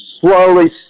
slowly